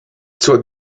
zur